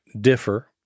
differ